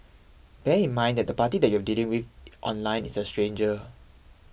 bear in mind that the party that you are dealing with online is a stranger